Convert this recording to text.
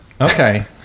Okay